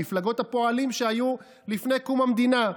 מפלגות הפועלים שהיו לפני קום המדינה,